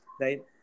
right